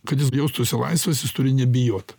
kad jis jaustųsi laisvas jis turi nebijot